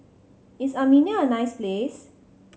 is Armenia a nice place